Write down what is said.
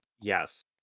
Yes